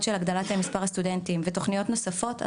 של הגדלת מספר הסטודנטים ותוכניות נוספות,